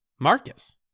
Marcus